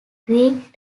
greek